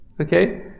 Okay